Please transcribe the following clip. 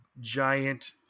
giant